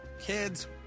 Kids